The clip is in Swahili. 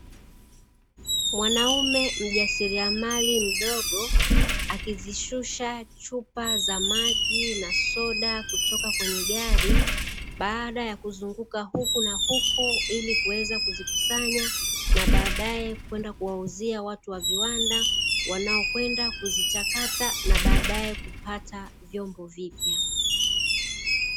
Mwanaume mjasiriamali mdogo, akizishusha chupa za maji na soda kutoka kwenye gari, baada ya kuzunguka huku na huku ili kuweza kuzikusanya na baadae kwenda kuwauzia watu wa viwanda, wanaokwenda kuzichakata na baadae kupata vyombo vipya.